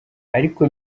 ariko